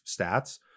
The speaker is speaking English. stats